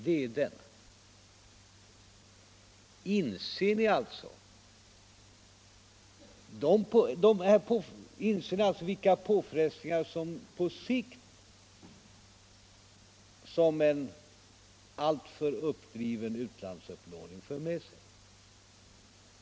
Frågan var denna: Inser ni vilka påfrestningar på sikt som en alltför uppdriven utlandsupplåning för med sig?